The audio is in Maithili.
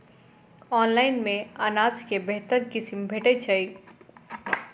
ऑनलाइन मे अनाज केँ बेहतर किसिम भेटय छै?